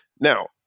Now